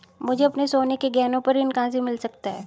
मुझे अपने सोने के गहनों पर ऋण कहां से मिल सकता है?